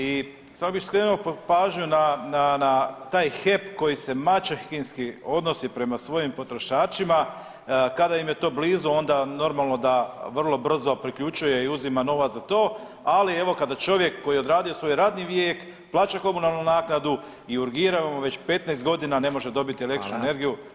I samo bih skrenuo pažnju na taj HEP koji se maćehinski odnosi prema svojim potrošačima kada im je to blizu onda normalno da vrlo brzo priključuje i uzima novac za to, ali evo kada čovjek koji je odradio svoj radni vijek, plaća komunalnu naknadu i urgiramo već 15 godina ne može dobiti električnu energiju.